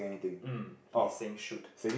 um he is saying shoot